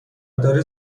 داره